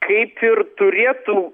kaip ir turėtų